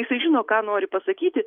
jisai žino ką nori pasakyti